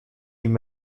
ihm